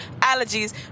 allergies